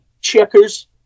checkers